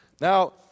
Now